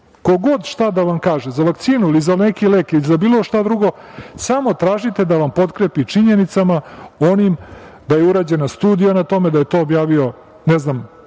Ko god šta da vam kaže za vakcinu ili za neki lek ili za bilo šta drugo, samo tražite da vam potkrepi činjenicama onim da je urađena studija na tome, da je to objavio, ne znam,